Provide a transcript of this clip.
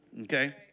okay